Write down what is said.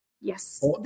Yes